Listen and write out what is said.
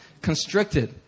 constricted